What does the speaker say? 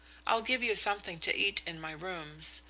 i'll give you something to eat in my rooms.